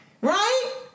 right